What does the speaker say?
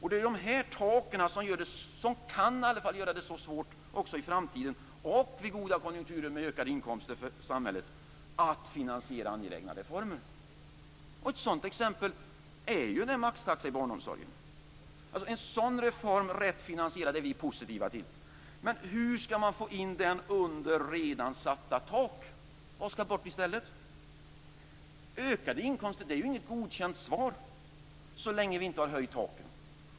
Sådana här tak kan göra det svårt i framtiden, också vid goda konjunkturer med ökade inkomster för samhället, att finansiera angelägna reformer. Ett sådant exempel är maxtaxan i barnomsorgen. En sådan reform rätt finansierad är vi positiva till, men hur skall man få in den under redan satta tak? Vad skall bort i stället? Ökade inkomster är inget godkänt svar så länge vi inte har höjt taken.